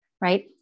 right